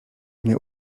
mnie